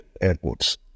airports